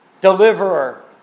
Deliverer